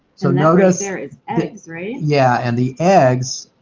so there and is there is eggs, right? yeah, and the eggs,